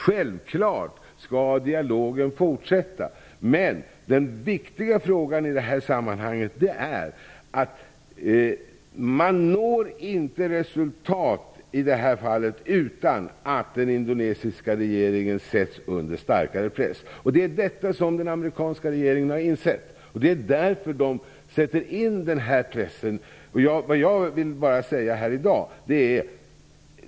Självfallet skall dialogen fortsätta, men det viktiga i sammanhanget är att man inte når resultat utan att den indonesiska regeringen sätts under starkare press. Det är det som den amerikanska regeringen har insett. Det är därför de pressar på.